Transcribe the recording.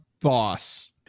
boss